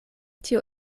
tio